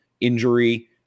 injury